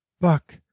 Buck